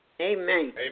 Amen